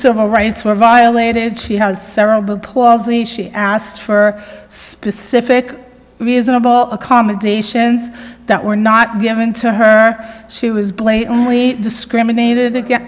civil rights were violated she has cerebral palsy she asked for specific reasonable accommodations that were not given to her she was blatantly discriminated against